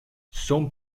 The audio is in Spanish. son